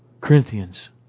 Corinthians